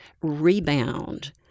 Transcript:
rebound